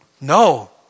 No